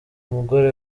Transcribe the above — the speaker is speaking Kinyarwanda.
umugore